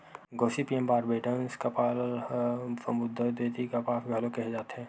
Gossypium barbadense कपास ल समुद्दर द्वितीय कपास घलो केहे जाथे